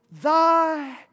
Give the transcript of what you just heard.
thy